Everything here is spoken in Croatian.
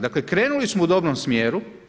Dakle, krenuli smo u dobrom smjeru.